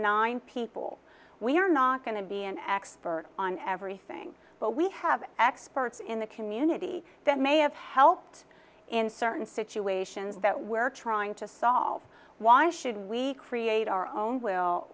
nine people we're not going to be an expert on everything but we have experts in the community that may have helped in certain situations that we're trying to solve why should we create our own will